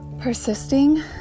persisting